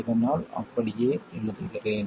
அதனால் அப்படியே எழுதுகிறேன்